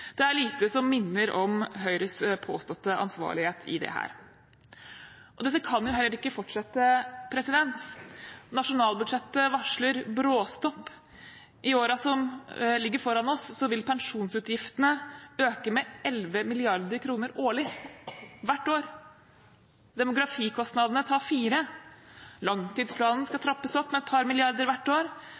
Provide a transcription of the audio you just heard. Det er lite som minner om Høyres påståtte ansvarlighet i dette. Dette kan heller ikke fortsette. Nasjonalbudsjettet varsler bråstopp. I årene som ligger foran oss, vil pensjonsutgiftene øke med 11 mrd. kr årlig – hvert år. Demografikostnadene tar 4 mrd. kr. Langtidsplanen skal trappes opp med et par milliarder hvert år.